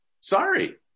sorry